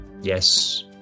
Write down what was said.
Yes